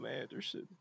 Anderson